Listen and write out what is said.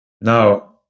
Now